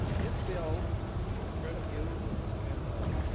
this bill in front of you is kind of a